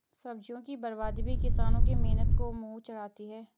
सब्जियों की बर्बादी भी किसानों के मेहनत को मुँह चिढ़ाती है